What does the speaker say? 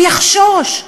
הוא יחשוש,